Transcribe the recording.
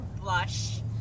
blush